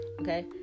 okay